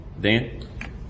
Dan